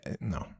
no